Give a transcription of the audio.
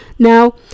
Now